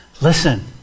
Listen